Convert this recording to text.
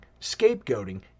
scapegoating